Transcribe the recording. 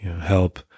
help